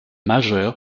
majeur